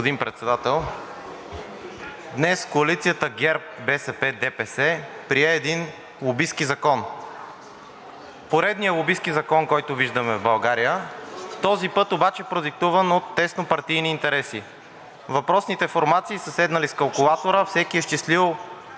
днес коалицията ГЕРБ, БСП, ДПС прие един лобистки закон – поредният лобистки закон, който виждаме в България, този път обаче, продиктуван от тяснопартийни интереси. Въпросните формации са седнали с калкулатора, всеки е изчислил